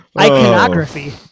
iconography